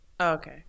Okay